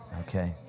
Okay